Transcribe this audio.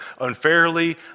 unfairly